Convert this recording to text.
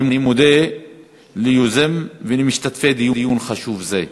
אני מודה ליוזם דיון חשוב זה ולמשתתפיו.